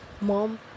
mom